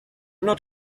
not